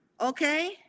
okay